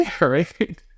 right